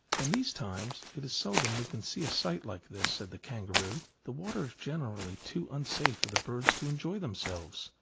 in these times it is seldom we can see a sight like this, said the kangaroo. the water is generally too unsafe for the birds to enjoy themselves.